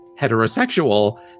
heterosexual